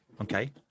Okay